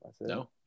No